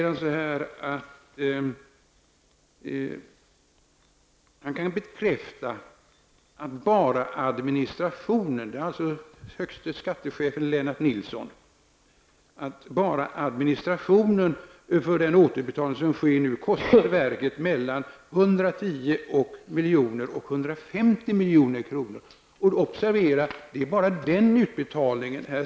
Han kan bekräfta att bara administrationen -- detta säger alltså högste chefen Lennart Nilsson -- för den återbetalning som skedde nu i maj kostade verket mellan 110 och 150 milj.kr. Observera att det bara är denna återbetalning det gäller.